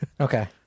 Okay